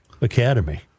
academy